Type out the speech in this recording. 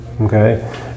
Okay